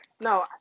No